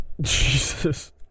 Jesus